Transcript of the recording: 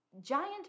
giant